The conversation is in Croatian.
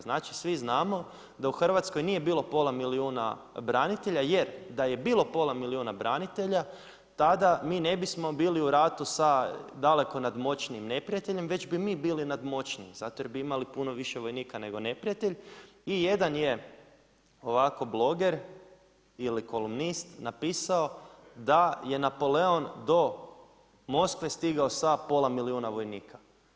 Znači svi znamo da u Hrvatskoj nije bilo pola milijuna branitelja jer da je bilo pola milijuna branitelja, tada mi ne bismo bili u ratu sa daleko nadmoćnijim neprijateljem već bi mi bili nadmoćniji, zato jer bi imali puno više vojnika nego neprijatelj i jedan je ovako bloger ili kolumnist napisao da je Napoleon do Moskve stigao sa pola milijuna vojnika.